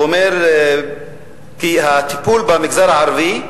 הוא אומר על הטיפול במגזר הערבי,